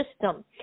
system